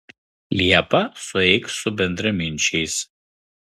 liepą sueik su bendraminčiais